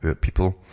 people